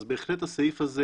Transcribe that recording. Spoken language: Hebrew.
אז בהחלט הסעיף הזה